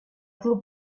club